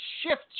shift